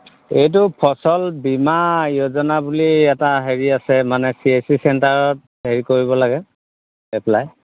এইটো ফচল বীমা য়োজনা বুলি এটা হেৰি আছে মানে চি এইচ চি চেণ্টাৰত হেৰি কৰিব লাগে এপ্লাই